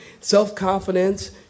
Self-confidence